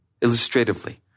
illustratively